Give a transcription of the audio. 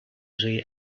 see